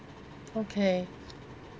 okay